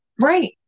Right